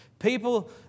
People